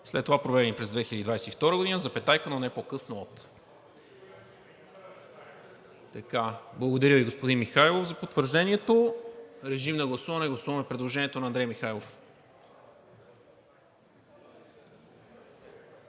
след това „проведените за 2022 г., но не по-късно от…“. Благодаря Ви, господин Михайлов, за потвърждението. Режим на гласуване – гласуваме предложението на Андрей Михайлов.